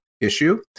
issue